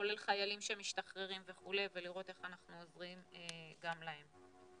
כולל חיילים שמשתחררים וכו' ולראות איך אנחנו עוזרים גם להם.